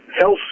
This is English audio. health